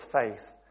faith